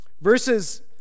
Verses